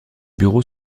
bureaux